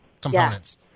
components